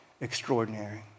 extraordinary